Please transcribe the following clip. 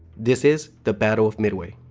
this is the battle of midway.